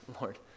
Lord